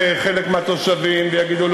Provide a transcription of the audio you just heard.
חלק מהתושבים ויגידו,